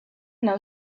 know